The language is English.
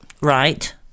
Right